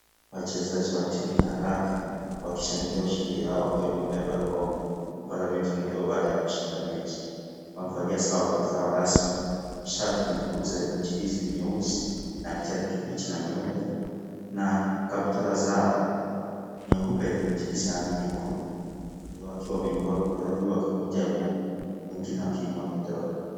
Wachezaji wa timu ya raga wakishangilia ushindi wao wakiwa wamebeba kombe ambalo wametunukiwa baada ya kushinda mechi. Wamevalia sare zao rasmi, shati nyekundu yenye michirizi mieusi na kijani kibichi na mieupe na kaptura zao nyeupe yenye michirizi za rangi nyekundu. Wengi wao wakiwa wameinua mikono juu wakikunja nguni wengine wakiinua vidole.